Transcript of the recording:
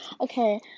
okay